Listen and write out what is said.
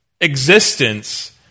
existence